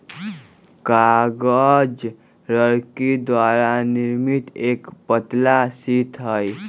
कागज लकड़ी द्वारा निर्मित एक पतला शीट हई